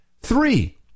Three